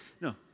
No